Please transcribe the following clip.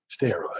steroid